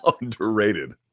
underrated